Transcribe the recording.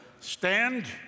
stand